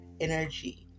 energy